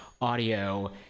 audio